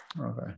Okay